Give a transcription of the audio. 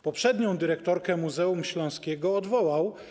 Poprzednią dyrektorkę Muzeum Śląskiego odwołał.